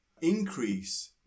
increase